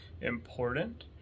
important